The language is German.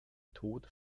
tod